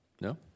No